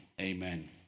Amen